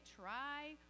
try